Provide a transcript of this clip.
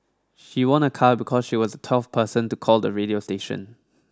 she won a car because she was the twelfth person to call the radio station